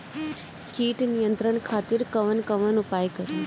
कीट नियंत्रण खातिर कवन कवन उपाय करी?